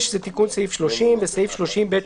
פיקוד העורף